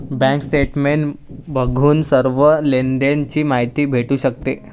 bank statement बघून सर्व लेनदेण ची माहिती भेटू शकते